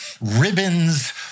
ribbons